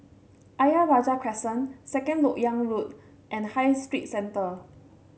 Ayer Rajah Crescent Second LoK Yang Road and High Street Centre